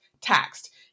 taxed